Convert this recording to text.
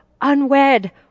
unwed